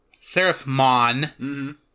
Seraphmon